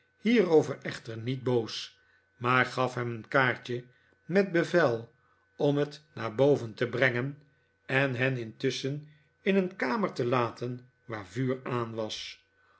hierover echter niet boos maar gaf hem een kaartje met bevel om het naar boven te brengen en hen intusschen in een kamer te laten waar vuur aan was